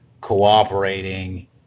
cooperating